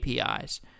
APIs